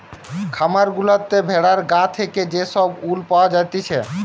খামার গুলাতে ভেড়ার গা থেকে যে সব উল পাওয়া জাতিছে